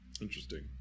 Interesting